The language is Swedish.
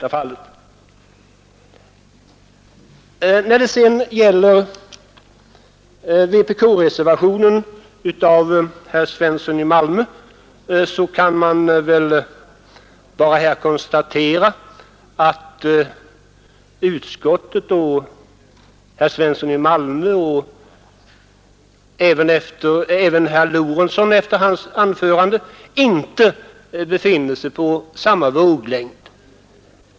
När det sedan gäller reservationen av herr Svensson i Malmö kan man bara konstatera att utskottet och herr Svensson i Malmö — och även herr Lorentzon att döma av hans anförande — inte befinner sig på samma våglängd.